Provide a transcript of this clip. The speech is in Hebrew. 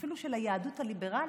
אפילו של היהדות הליברלית.